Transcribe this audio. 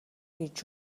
гэж